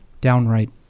downright